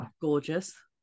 gorgeous